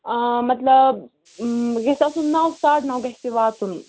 آ مطلب گَژھِ آسُن نَو ساڑٕ نَو گژھِ یہِ واتُن